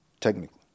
Technically